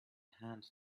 hand